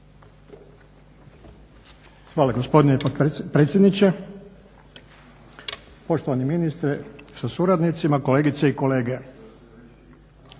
gospodine predsjedniče. Poštovani ministre sa suradnicima, kolegice i kolege.